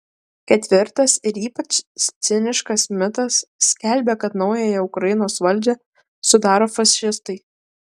ketvirtas ir ypač ciniškas mitas skelbia kad naująją ukrainos valdžią sudaro fašistai